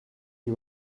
you